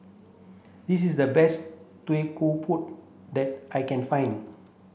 this is the best that I can find